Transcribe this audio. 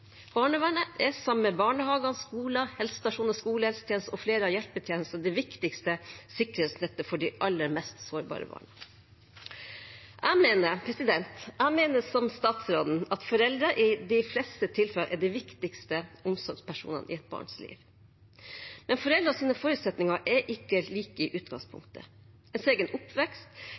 Barnevernet er, sammen med barnehager, skoler, helsestasjoner, skolehelsetjenesten og flere av hjelpetjenestene, det viktigste sikkerhetsnettet for de aller mest sårbare barna. Jeg mener, som statsråden, at foreldre i de fleste tilfeller er de viktigste omsorgspersonene i et barns liv. Men foreldres forutsetninger er ikke like i utgangspunktet. Ens egen oppvekst,